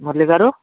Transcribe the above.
మురళి గారు